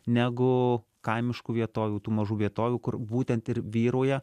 negu kaimiškų vietovių tų mažų vietovių kur būtent ir vyrauja